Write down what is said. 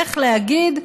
איך להגיד,